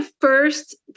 first